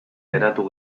geratu